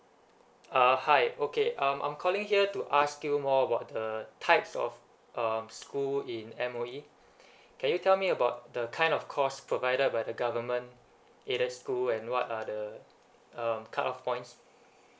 uh hi okay I am I am calling here to ask you more about the types of um school in M_O_E can you tell me about the kind of course provided by the government either school and what are the um cut off points